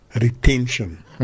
retention